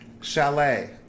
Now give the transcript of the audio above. Chalet